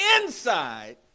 inside